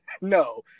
no